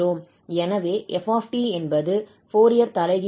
எனவே 𝑓𝑡 என்பது ஃபோரியர் தலைகீழ் ஆகும்